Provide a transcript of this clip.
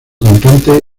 cantante